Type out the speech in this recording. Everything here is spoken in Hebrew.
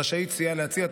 רשאית סיעה להציע,